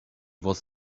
was